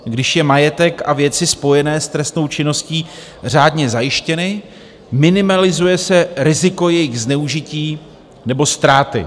Když jsou majetek a věci spojené s trestnou činností řádně zajištěny, minimalizuje se riziko jejich zneužití nebo ztráty.